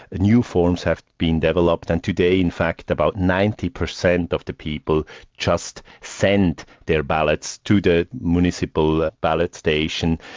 and new forms have been developed, and today in fact about ninety percent of the people just send their ballots to the municipal ballot station.